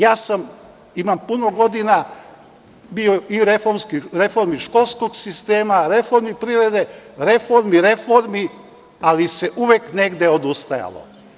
Ja sam puno godina bio u reformi školskog sistema, reformi privrede, reformi reformi, ali se uvek negde odustajalo.